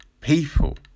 people